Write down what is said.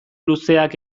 luzeak